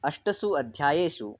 अष्टसु अध्यायेषु